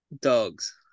Dogs